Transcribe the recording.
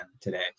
today